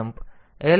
તેથી આ sjmp loop છે